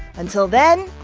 until then,